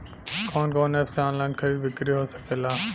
कवन कवन एप से ऑनलाइन खरीद बिक्री हो सकेला?